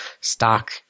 stock